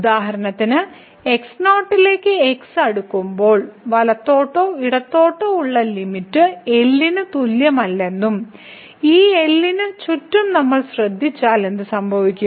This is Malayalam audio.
ഉദാഹരണത്തിന് x0 ലേക്ക് x അടുക്കുമ്പോൾ വലത്തോട്ടോ ഇടത്തോട്ടോ ഉള്ള ലിമിറ്റ് L ന് തുല്യമല്ലെന്നും ഈ L ന് ചുറ്റും നമ്മൾ ശ്രമിച്ചാൽ എന്തുസംഭവിക്കും